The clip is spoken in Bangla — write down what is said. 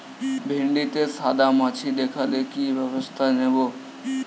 ভিন্ডিতে সাদা মাছি দেখালে কি ব্যবস্থা নেবো?